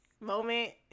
moment